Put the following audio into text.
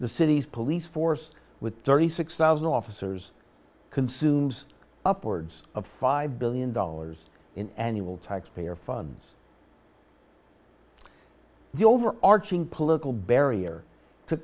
the city's police force with thirty six thousand officers consumes upwards of five billion dollars in annual taxpayer funds the over arching political barrier to